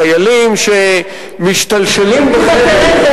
את החיילים שמשתלשלים בחבל,